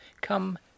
come